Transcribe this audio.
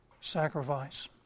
sacrifice